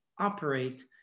operate